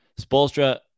spolstra